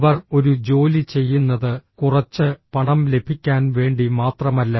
അവർ ഒരു ജോലി ചെയ്യുന്നത് കുറച്ച് പണം ലഭിക്കാൻ വേണ്ടി മാത്രമല്ല